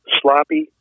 sloppy